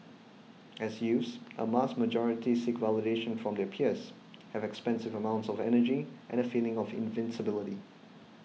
as youths a vast majority seek validation from their peers have expansive amounts of energy and a feeling of invincibility